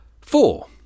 Four